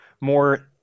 more